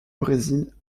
brésil